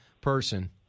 person